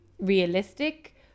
realistic